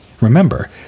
Remember